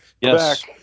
Yes